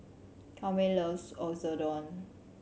Kwame loves Oyakodon